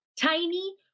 tiny